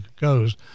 goes